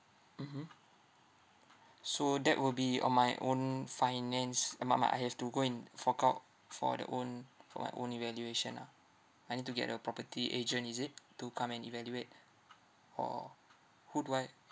mmhmm so that will be on my own finance uh my my I have to go and fork out for the own for my own evaluation ah I need to get a property agent is it to come and evaluate or who do I